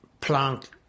plant